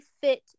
fit